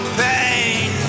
pain